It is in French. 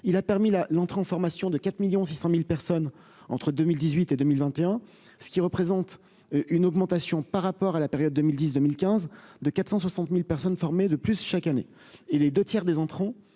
il a permis la l'entrée en formation de 4 1000000 600000 personnes entre 2018 et 2021, ce qui représente une augmentation par rapport à la période 2010 2015 de 460000 personnes formées de plus chaque année et les 2 tiers des entrants